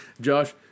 Josh